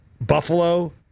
Buffalo